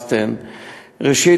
ראשית,